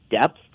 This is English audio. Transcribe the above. depth